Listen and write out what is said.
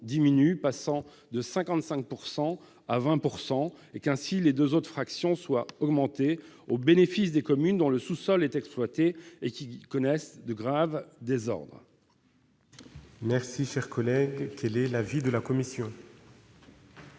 passant de 55 % à 20 %, et qu'ainsi les deux autres fractions soient augmentées au bénéfice des communes dans le sous-sol est exploité, et qui connaissent de graves désordres. Quel est l'avis de la commission ?